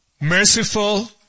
merciful